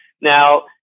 now